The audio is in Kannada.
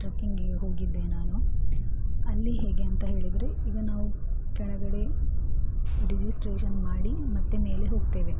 ಟ್ರೆಕಿಂಗಿಗೆ ಹೋಗಿದ್ದೆ ನಾನು ಅಲ್ಲಿ ಹೇಗೆ ಅಂತ ಹೇಳಿದರೆ ಈಗ ನಾವು ಕೆಳಗಡೆ ರಿಜಿಸ್ಟ್ರೇಷನ್ ಮಾಡಿ ಮತ್ತೆ ಮೇಲೆ ಹೋಗ್ತೇವೆ